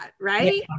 right